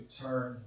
turn